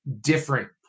different